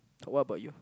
what about you